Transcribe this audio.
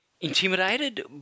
intimidated